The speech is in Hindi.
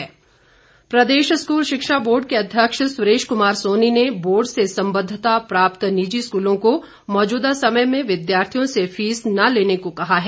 स्कूल फीस प्रदेश स्कूल शिक्षा बोर्ड के अध्यक्ष सुरेश कुमार सोनी ने बोर्ड से संबंद्वता प्राप्त निजी स्कूलों को मौजूदा समय में विद्यार्थियों से फीस न लेने को कहा है